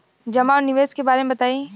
जमा और निवेश के बारे मे बतायी?